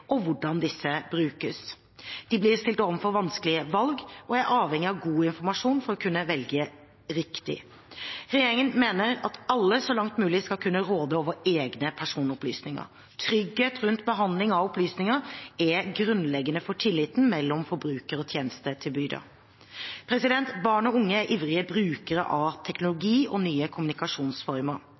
blir stilt overfor vanskelige valg og er avhengige av god informasjon for å kunne velge riktig. Regjeringen mener at alle så langt som mulig skal kunne råde over egne personopplysninger. Trygghet rundt behandling av opplysninger er grunnleggende for tilliten mellom forbruker og tjenestetilbyder. Barn og unge er ivrige brukere av teknologi og nye kommunikasjonsformer.